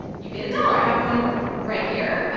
you get a dollar. i have one right here. ah